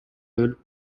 өлүп